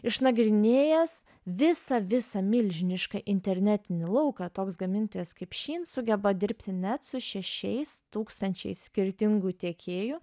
išnagrinėjęs visą visą milžinišką internetinį lauką toks gamintojas kaip shein sugeba dirbti net su šešiais tūkstančiais skirtingų tiekėjų